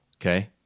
okay